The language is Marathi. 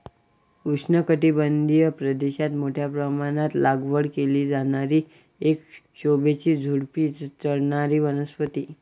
उष्णकटिबंधीय प्रदेशात मोठ्या प्रमाणात लागवड केली जाणारी एक शोभेची झुडुपी चढणारी वनस्पती